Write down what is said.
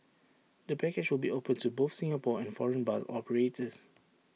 the package will be open to both Singapore and foreign bus operators